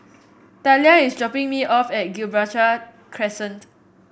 Talia is dropping me off at Gibraltar Crescent